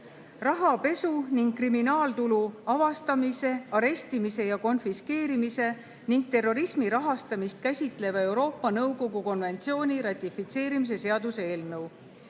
rahapesu ning kriminaaltulu avastamise, arestimise ja konfiskeerimise ning terrorismi rahastamist käsitleva Euroopa Nõukogu konventsiooni ratifitseerimise seaduse eelnõu.